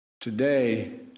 Today